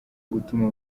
gutuma